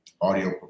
audio